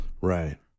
Right